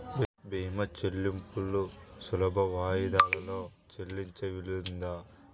భీమా చెల్లింపులు సులభ వాయిదాలలో చెల్లించే వీలుందా?